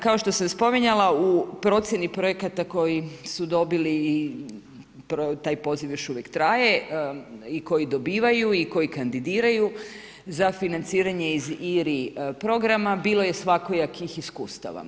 Kao što sam spominjala u procjeni projekata koji su dobili i taj poziv još uvijek traje i koji dobivaju i koji kandidiraju za financiranje iz IRI programa, bilo je svakojakih iskustava.